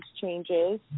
changes